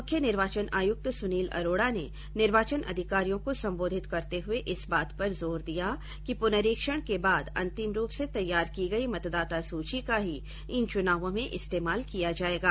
मुख्य निर्वाचन आयुक्त सुनील अरोड़ा ने निर्वाचन अधिकारियों को संबोधित करते हुए इस बात पर जोर दिया कि पुनरीक्षण के बाद अंतिम रूप से तैयार की गयी मतदाता सूची का ही इन चुनावों में इस्तेमाल किया जायेगा